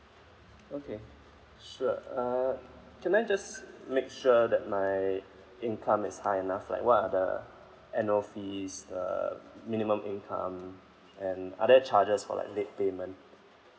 okay sure uh can I just make sure that my income is high enough like what are the annual fees the minimum income and other charges for like late payment